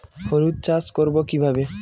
হলুদ চাষ করব কিভাবে?